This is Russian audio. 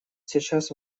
сейчас